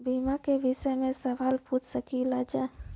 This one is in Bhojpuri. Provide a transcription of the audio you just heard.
बीमा के विषय मे सवाल पूछ सकीलाजा?